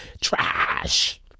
trash